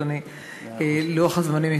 אז התאמתי את לוח הזמנים.